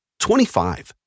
25